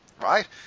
right